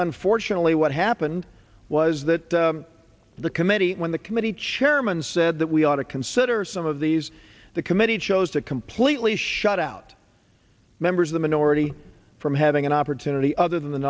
unfortunately what happened was that the committee when the committee chairman said that we ought to consider some of these the committee chose to completely shut out members of the minority from having an opportunity other than th